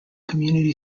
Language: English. community